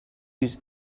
use